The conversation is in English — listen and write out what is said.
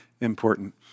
important